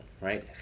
right